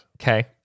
Okay